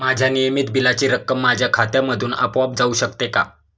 माझ्या नियमित बिलाची रक्कम माझ्या खात्यामधून आपोआप जाऊ शकते का?